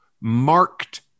marked